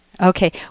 Okay